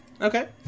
Okay